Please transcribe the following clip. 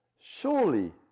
surely